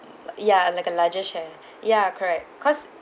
ya like a larger share ya correct